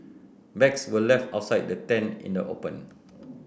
bags were left outside the tent in the open